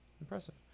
impressive